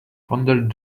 pondered